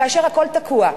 כאשר הכול תקוע.